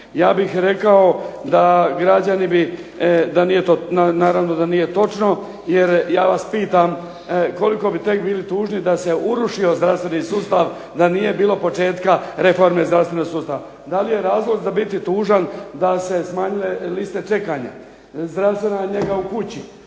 Ja bih rekao da građani bi, da nije to, naravno da nije točno. Jer ja vas pitam koliko bi tek bili tužni da se urušio zdravstveni sustav, da nije bilo početka reforme zdravstvenog sustava. Da li je razlog za biti tužan da se smanjuju liste čekanja, zdravstvena njega u kući,